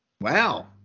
Wow